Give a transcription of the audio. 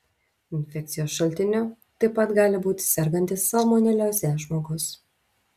infekcijos šaltiniu taip pat gali būti sergantis salmonelioze žmogus